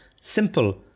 simple